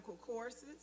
courses